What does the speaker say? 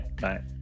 Bye